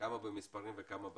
כמה במספרים וכמה באחוזים?